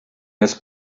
his